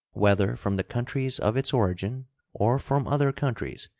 whether from the countries of its origin or from other countries,